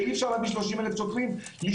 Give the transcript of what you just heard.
ואי אפשר להביא 30 אלף שוטרים לשמור.